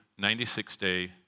96-day